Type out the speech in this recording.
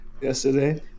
yesterday